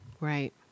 Right